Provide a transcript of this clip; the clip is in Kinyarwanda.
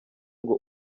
ngo